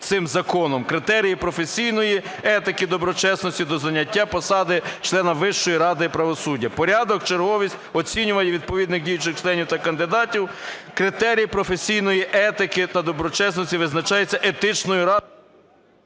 критерії професійної етики доброчесності до зайняття посади члена Вищої Ради правосуддя. Порядок, черговість, оцінювання відповідних діючих членів та кандидатів, критерії професійної етики та доброчесності визначаються Етичною радою…